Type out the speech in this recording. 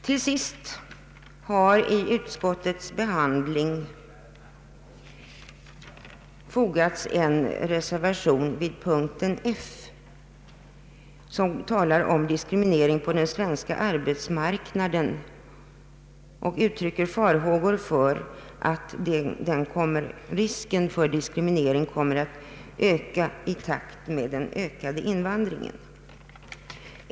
Till punkten F har fogats en reservation gällande diskriminering på den svenska arbetsmarknaden. Man uttrycker farhågor för att risken för diskriminering kommer att öka i takt med den ökade invandringen.